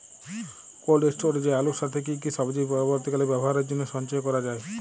Cold স্টোরেজে আলুর সাথে কি কি সবজি পরবর্তীকালে ব্যবহারের জন্য সঞ্চয় করা যায়?